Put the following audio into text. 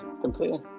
completely